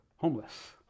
Homeless